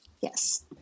Yes